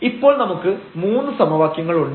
ഇപ്പോൾ നമുക്ക് 3 സമവാക്യങ്ങൾ ഉണ്ട്